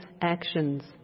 actions